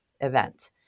event